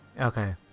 Okay